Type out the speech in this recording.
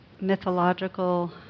mythological